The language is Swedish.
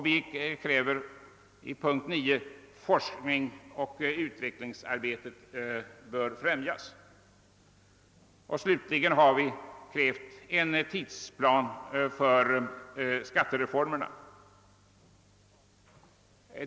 Vi betonar att forskning och utvecklingsarbete bör främjas, och slutligen kräver vi en tidsplan för skattereformerna.